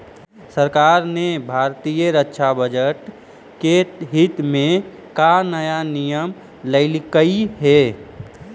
सरकार ने भारतीय रक्षा बजट के हित में का नया नियम लइलकइ हे